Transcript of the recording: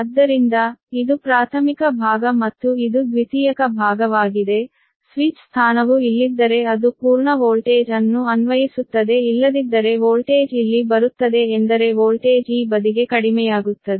ಆದ್ದರಿಂದ ಇದು ಪ್ರಾಥಮಿಕ ಭಾಗ ಮತ್ತು ಇದು ದ್ವಿತೀಯಕ ಭಾಗವಾಗಿದೆ ಸ್ವಿಚ್ ಸ್ಥಾನವು ಇಲ್ಲಿದ್ದರೆ ಅದು ಪೂರ್ಣ ವೋಲ್ಟೇಜ್ ಅನ್ನು ಅನ್ವಯಿಸುತ್ತದೆ ಇಲ್ಲದಿದ್ದರೆ ವೋಲ್ಟೇಜ್ ಇಲ್ಲಿ ಬರುತ್ತದೆ ಎಂದರೆ ವೋಲ್ಟೇಜ್ ಈ ಬದಿಗೆ ಕಡಿಮೆಯಾಗುತ್ತದೆ